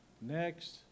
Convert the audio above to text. next